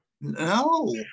no